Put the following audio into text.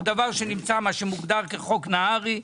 הוא מה שמוגדר כחוק נהרי.